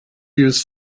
use